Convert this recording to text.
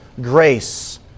grace